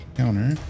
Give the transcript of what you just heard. counter